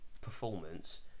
performance